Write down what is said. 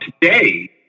today